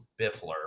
Biffler